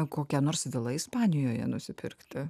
kokią nors vilą ispanijoje nusipirkti